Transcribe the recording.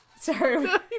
Sorry